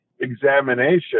examination